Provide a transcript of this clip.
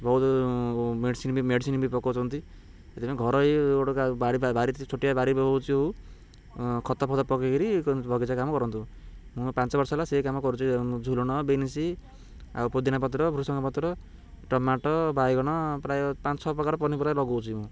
ବହୁତ ମେଡ଼ିସିନ୍ ବି ମେଡ଼ିସିନ୍ ବି ପକଉଛନ୍ତି ସେଥିପାଇଁ ଘରୋଇ ଗୋଟେ ବାରି ଛୋଟିଆ ବାରି ହେଉଛି ହଉ ଖତ ଫତ ପକେଇକିରି ବଗିଚା କାମ କରନ୍ତୁ ମୁଁ ପାଞ୍ଚ ବର୍ଷ ହେଲା ସେଇ କାମ କରୁଛି ଝୁଡ଼ଙ୍ଗ ବିନସି ଆଉ ପୋଦିନା ପତ୍ର ଭୃଷଙ୍ଗ ପତ୍ର ଟୋମାଟୋ ବାଇଗଣ ପ୍ରାୟ ପାଞ୍ଚ ଛଅ ପ୍ରକାର ପନିପରିବା ଲଗଉଛି ମୁଁ